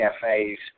Cafes